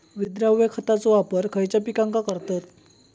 विद्राव्य खताचो वापर खयच्या पिकांका करतत?